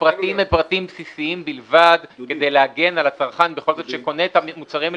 הפרטים הם פרטים בסיסיים בלבד כדי להגן על הצרכן שקונה את המוצרים האלה,